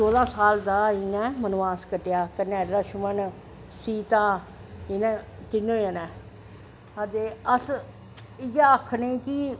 तेरां साल बाह्र इनैं बनबास कट्टेआ कन्नैं लक्षमन सीता इनैं तिन्नैं जनैं ते अस इयै आक्खनें कि